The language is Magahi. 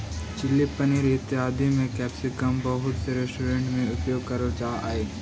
चिली पनीर इत्यादि में कैप्सिकम बहुत से रेस्टोरेंट में उपयोग करल जा हई